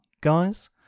guys